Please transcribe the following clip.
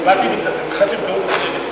הצבעתי בטעות, לחצתי בטעות נגד.